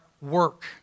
work